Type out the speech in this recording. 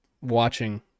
watching